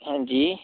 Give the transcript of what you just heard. हंजी